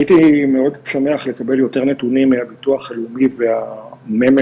הייתי מאוד שמח לקבל יותר נתונים מהביטוח הלאומי והממ"מ